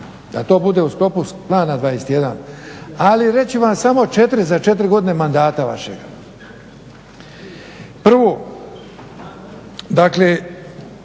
da to bude u sklopu Plana 21. ali reći ću vam samo 4 za 4 godine mandata vašega. Prvo, dakle